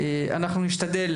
אנחנו נשתדל,